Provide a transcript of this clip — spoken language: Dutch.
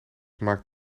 maakte